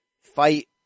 fight